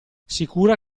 sicura